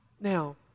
Now